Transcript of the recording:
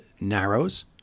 narrows